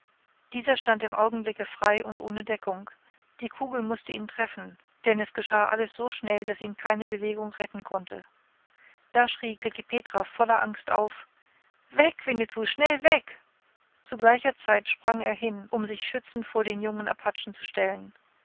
dieser stand im augenblicke frei und ohne deckung die kugel mußte ihn treffen denn es geschah alles so schnell daß ihn keine bewegung retten konnte da schrie klekih petra voller angst auf weg winnetou schnell weg zu gleicher zeit sprang er hin um sich schützend vor den jungen apachen zu stellen